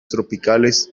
tropicales